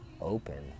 open